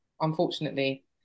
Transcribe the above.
unfortunately